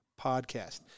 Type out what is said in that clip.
podcast